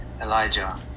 Elijah